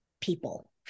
people